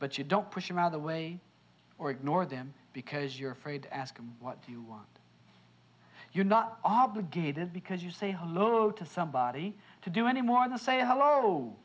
but you don't push your other way or ignore them because you're afraid to ask them what do you want you're not obligated because you say hello to somebody to do any more than say hello